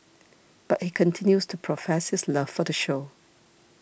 but he continues to profess his love for the show